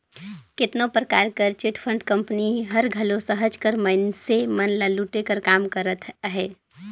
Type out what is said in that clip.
केतनो परकार कर चिटफंड कंपनी हर घलो सहज कर मइनसे मन ल लूटे कर काम करत अहे